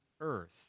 earth